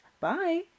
Bye